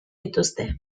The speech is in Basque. dituzte